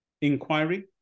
inquiry